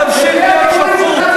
תמשיך להיות שפוט.